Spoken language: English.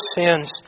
sins